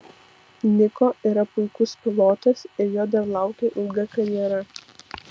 niko yra puikus pilotas ir jo dar laukia ilga karjera